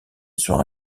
sur